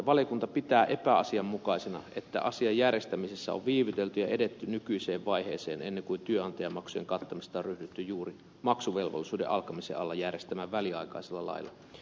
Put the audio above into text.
valiokunta pitää epäasianmukaisena että asian järjestämisessä on viivytelty ja edetty nykyiseen vaiheeseen ennen kuin työnantajamaksujen kattamista on ryhdytty juuri maksuvelvollisuuden alkamisen alla järjestämään väliaikaisella lailla